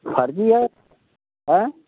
फर्जी है आयँ